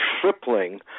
tripling